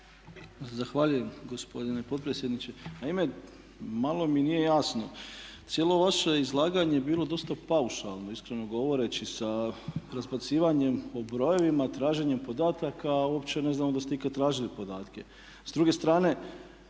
Zahvaljujem gospodine potpredsjedniče. Naime, malo mi nije jasno, cijelo vaše izlaganje je bilo dosta paušalno iskreno govoreći sa razbacivanjem brojeva, traženjem podataka a uopće ne znamo da ste ikad tražili podatke. S druge strane